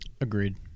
Agreed